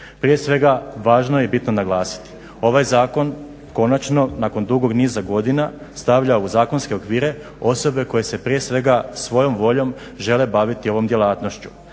Prije svega važno je i bitno naglasiti, ovaj zakon konačno nakon dugog niza godina stavlja u zakonske okvire osobe koje se prije svega svojom voljom žele baviti ovom djelatnošću.